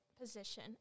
position